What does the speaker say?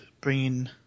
bringing